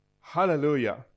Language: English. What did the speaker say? Hallelujah